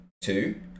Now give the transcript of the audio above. two